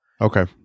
okay